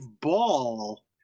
ball